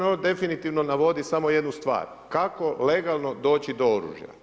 On definitivno navodi samo jednu stvar, kako legalno doći do oružja.